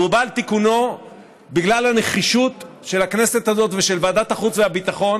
והוא בא על תיקונו בגלל הנחישות של הכנסת הזאת ושל ועדת החוץ והביטחון,